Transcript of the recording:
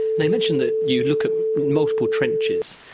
now, you mentioned that you look at multiple trenches.